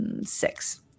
six